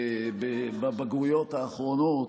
שנמצאת בבגרויות האחרונות.